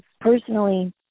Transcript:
Personally